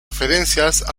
referencias